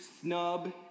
snub